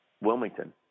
Wilmington